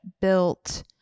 built